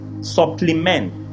supplement